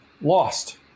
lost